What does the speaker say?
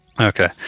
Okay